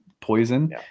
poison